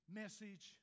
message